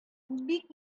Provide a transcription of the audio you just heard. бик